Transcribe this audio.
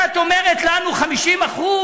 שאת אומרת לנו 50%,